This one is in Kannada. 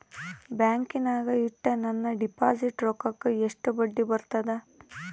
ಬ್ಯಾಂಕಿನಾಗ ಇಟ್ಟ ನನ್ನ ಡಿಪಾಸಿಟ್ ರೊಕ್ಕಕ್ಕ ಎಷ್ಟು ಬಡ್ಡಿ ಬರ್ತದ?